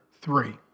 three